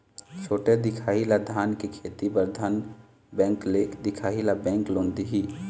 छोटे दिखाही ला धान के खेती बर धन बैंक ले दिखाही ला बैंक लोन दिही?